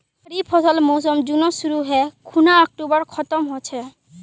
खरीफ फसलेर मोसम जुनत शुरु है खूना अक्टूबरत खत्म ह छेक